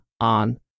on